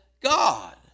God